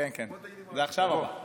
תודה רבה,